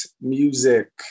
music